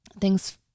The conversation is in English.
thanks